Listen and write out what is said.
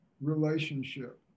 relationship